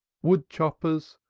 wood-choppers,